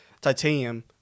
Titanium